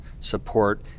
support